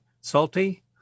salty